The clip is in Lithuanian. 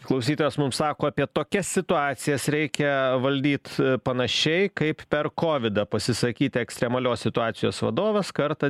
klausytojas mums sako apie tokias situacijas reikia valdyt panašiai kaip per kovidą pasisakyt ekstremalios situacijos vadovas kartą